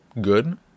good